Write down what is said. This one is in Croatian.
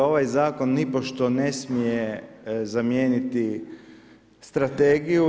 Ovaj zakon nipošto ne smije zamijeniti strategiju.